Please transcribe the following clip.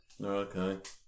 okay